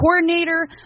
coordinator